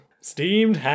Steamed